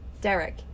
Derek